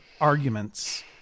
arguments